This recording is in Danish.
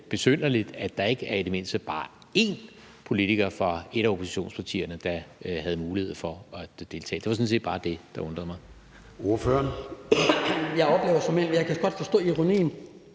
besynderligt, at der ikke var i det mindste bare én politiker fra et af oppositionspartierne, der havde mulighed for at deltage. Det var sådan set bare det, der undrede mig.